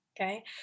okay